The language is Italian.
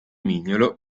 mignolo